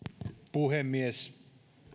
puhemies